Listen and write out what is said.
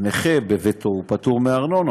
נכה בביתו פטור מארנונה,